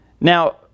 Now